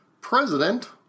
President